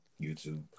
YouTube